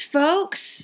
folks